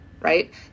right